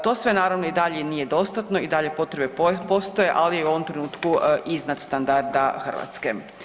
To sve naravno i dalje nije dostatno i dalje potrebe postoje, ali je u ovom trenutku iznad standarda Hrvatske.